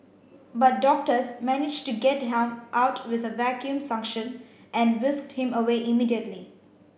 but doctors managed to get harm out with the vacuum suction and whisked him away immediately